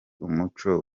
umuco